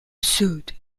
sued